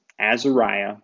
Azariah